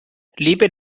lebe